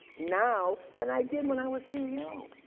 now, than i did when i was ceo.